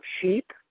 cheap